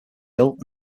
built